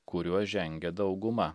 kuriuo žengia dauguma